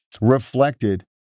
reflected